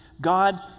God